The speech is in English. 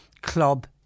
club